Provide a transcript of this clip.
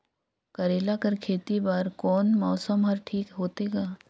करेला कर खेती बर कोन मौसम हर ठीक होथे ग?